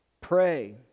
Pray